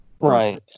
right